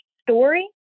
story